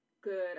good